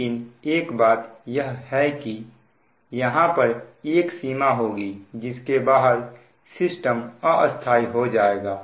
लेकिन एक बात यह है कि यहां पर एक सीमा होगी जिसके बाहर सिस्टम अस्थाई हो जाएगा